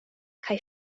kaj